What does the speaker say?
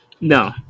No